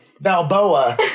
Balboa